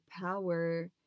power